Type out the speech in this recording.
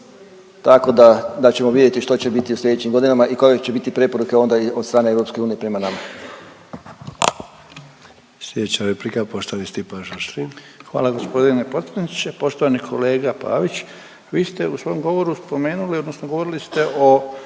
tako da ćemo vidjeti što će biti u sljedećim godinama i koje će biti preporuke onda od strane EU prema nama.